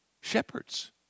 Shepherds